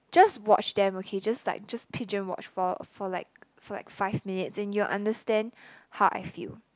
just watch them okay just like just pigeon watch for for like for like five minutes and you will understand how I feel